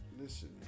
listen